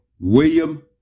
William